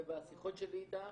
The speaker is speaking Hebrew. ובשיחות שלי איתם